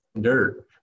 dirt